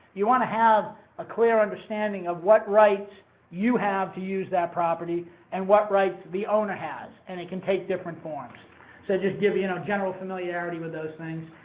you want to have a clear understanding of what rights you have to use that property and what rights the owner has. and it can take different forms so just to give, you know, general familiarity with those things.